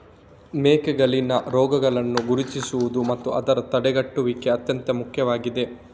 ಮೇಕೆಗಳಲ್ಲಿನ ರೋಗಗಳನ್ನು ಗುರುತಿಸುವುದು ಮತ್ತು ಅದರ ತಡೆಗಟ್ಟುವಿಕೆ ಅತ್ಯಂತ ಮುಖ್ಯವಾಗಿದೆ